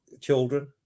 children